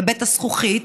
בבית הזכוכית,